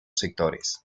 sectores